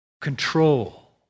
control